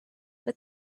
but